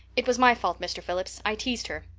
it was my fault mr. phillips. i teased her.